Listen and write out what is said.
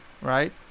right